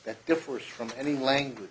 that differs from any language